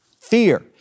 fear